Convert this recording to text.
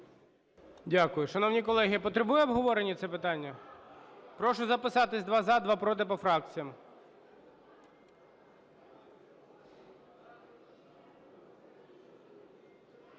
Дякую. Шановні колеги, потребує обговорення це питання? Прошу записатись: два – за, два – проти - по фракціях.